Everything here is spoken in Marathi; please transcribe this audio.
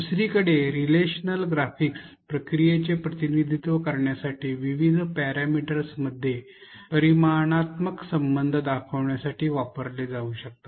दुसरीकडे संबंधीत ग्राफिक्स प्रक्रियेचे प्रतिनिधित्व करण्यासाठी विविध पॅरामीटर्समध्ये परिमाणात्मक संबंध दर्शविण्यासाठी वापरले जाऊ शकतात